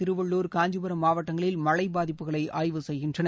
திருவள்ளூர் காஞ்சிபுரம் மாவட்டங்களில் மழை பாதிப்புகளை ஆய்வு செய்கின்றனர்